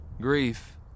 grief